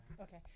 Okay